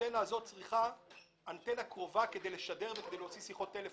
האנטנה הזאת צריכה אנטנה קרובה כדי לשדר וכדי להוציא שיחות טלפון.